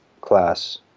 class